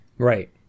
Right